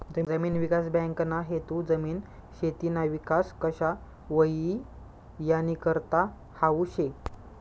जमीन विकास बँकना हेतू जमीन, शेतीना विकास कशा व्हई यानीकरता हावू शे